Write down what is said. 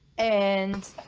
and